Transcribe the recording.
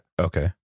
Okay